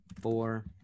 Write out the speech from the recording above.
Four